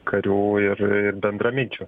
karių ir į bendraminčių